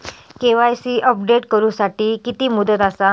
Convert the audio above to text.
KYC update करू साठी किती मुदत आसा?